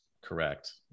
Correct